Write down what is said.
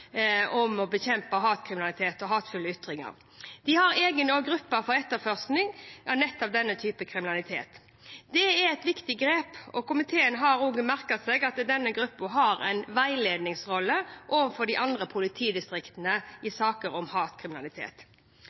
å bekjempe hatkriminalitet og hatefulle ytringer. De har en egen gruppe for etterforskning av nettopp denne typen kriminalitet. Det er et viktig grep, og komiteen har også merket seg at denne gruppen har en veiledningsrolle overfor de andre politidistriktene i saker om hatkriminalitet.